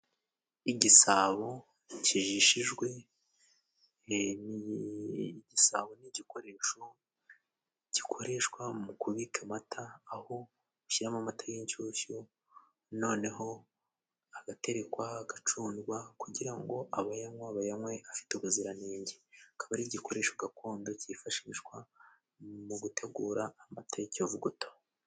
Igisabo kijishijwe ni igisabo ni igikoresho gikoreshwa, mu kubika amata aho ushyiramo amata y'inshyushyu noneho agaterekwa, agacungwa kugira ngo abayanywa bayanywe afite ubuziranenge, akaba ari igikoresho gakondo, kifashishwa mu gutegura amata y'ikivuguto.